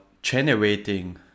generating